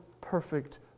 perfect